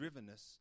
drivenness